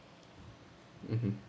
mmhmm